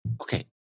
Okay